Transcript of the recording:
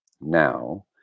Now